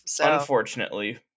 Unfortunately